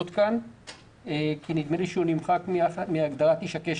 כאן כי נדמה לי שהוא נמחק מהגדרת "איש הקשר"